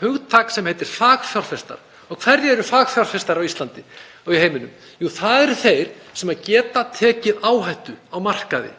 hugtak sem heitir fagfjárfestar. Og hverjir eru fagfjárfestar á Íslandi og í heiminum? Jú, það eru þeir sem geta tekið áhættu á markaði.